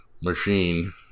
machine